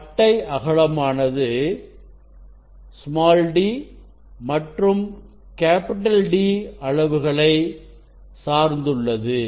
பட்டை அகலமானது d மற்றும்D அளவுகளை சார்ந்துள்ளது